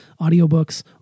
audiobooks